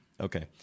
Okay